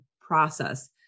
process